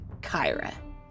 Kyra